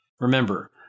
Remember